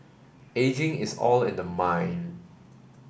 ageing is all in the mind